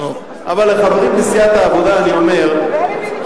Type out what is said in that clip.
אבל לחברים בסיעת העבודה אני אומר,